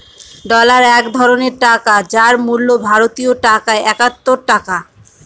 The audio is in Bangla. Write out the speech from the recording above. ডলার এক ধরনের টাকা যার মূল্য ভারতীয় টাকায় একাত্তর টাকা